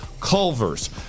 Culver's